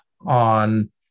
on